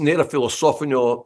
nėra filosofinio